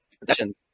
possessions